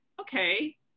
okay